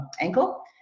ankle